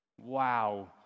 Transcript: Wow